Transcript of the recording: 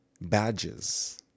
badges